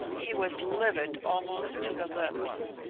he was livid almost to the lips.